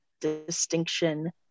distinction